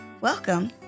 Welcome